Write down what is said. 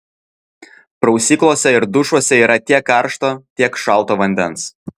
prausyklose ir dušuose yra tiek karšto tiek šalto vandens